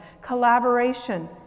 Collaboration